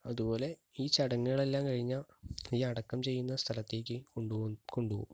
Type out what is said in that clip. അതുപോലെ ഈ ചടങ്ങുകളെല്ലാം കഴിഞ്ഞാൽ ഈ അടക്കം ചെയ്യുന്ന സ്ഥലത്തേക്ക് കൊണ്ടുപോകും കൊണ്ടുപോകും